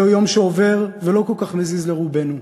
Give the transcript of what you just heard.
זהו יום שעובר ולא כל כך מזיז לרובנו,